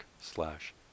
slash